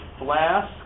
flask